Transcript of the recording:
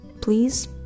Please